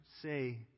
say